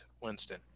Winston